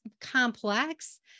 complex